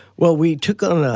well we took on, ah